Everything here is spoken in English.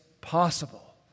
possible